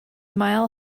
mile